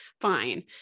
fine